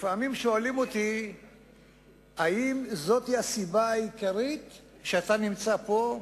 לפעמים שואלים אותי אם זאת הסיבה העיקרית לכך שאני נמצא פה,